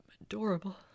adorable